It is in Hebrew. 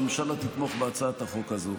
הממשלה תתמוך בהצעת החוק הזו,